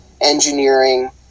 engineering